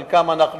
חלקם אנחנו